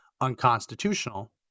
unconstitutional